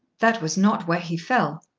that was not where he fell.